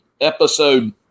episode